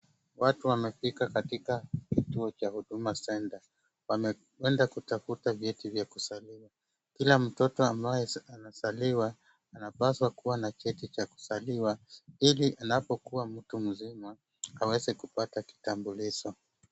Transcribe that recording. Watu wamefika katika kituo cha Huduma Center. Wameenda kutafuta vyeti vya kuzaliwa. Kila mtoto ambaye anazaliwa, anapaswa kuwa na cheti cha kuzaliwa ili anapokuwa mtu mzima, aweze kupata kitambulisho.